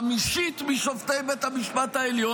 חמישית משופטי בית המשפט העליון,